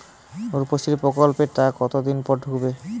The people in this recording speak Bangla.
রুপশ্রী প্রকল্পের টাকা কতদিন পর ঢুকবে?